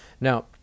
Now